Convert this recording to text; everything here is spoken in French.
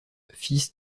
fils